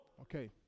Okay